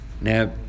now